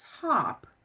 top